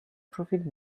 profit